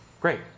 great